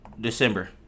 December